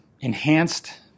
enhanced